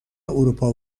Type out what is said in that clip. اروپا